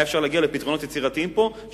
אפשר היה להגיע פה לפתרונות יצירתיים שכולם